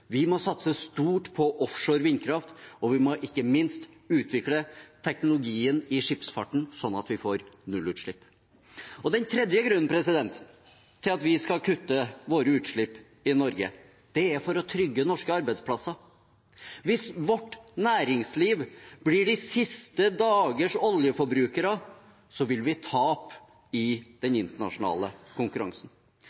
vi må satse stort på offshore vindkraft, og vi må ikke minst utvikle teknologien i skipsfarten slik at vi får nullutslipp. Den tredje grunnen til at vi skal kutte våre utslipp i Norge, er for å trygge norske arbeidsplasser. Hvis vårt næringsliv blir de siste dagers oljeforbrukere, vil vi tape i den